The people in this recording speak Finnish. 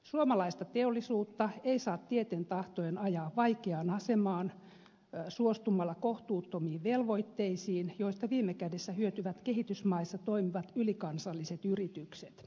suomalaista teollisuutta ei saa tieten tahtoen ajaa vaikeaan asemaan suostumalla kohtuuttomiin velvoitteisiin joista viime kädessä hyötyvät kehitysmaissa toimivat ylikansalliset yritykset